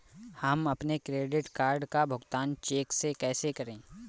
हम अपने credit card का भुगतान चेक से कैसे करें?